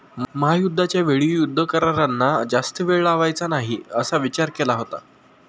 महायुद्धाच्या वेळी युद्ध करारांना जास्त वेळ लावायचा नाही असा विचार केला होता